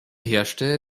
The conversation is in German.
herrschte